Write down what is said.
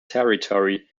territory